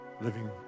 living